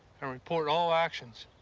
and report all actions,